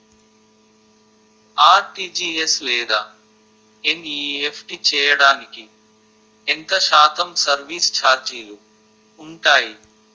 RTGS లేదా NEFT చేయడానికి ఎంత శాతం సర్విస్ ఛార్జీలు ఉంటాయి?